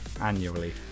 annually